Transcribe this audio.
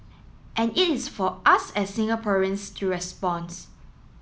and it is for us as Singaporeans to responds